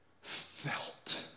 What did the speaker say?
felt